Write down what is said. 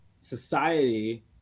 society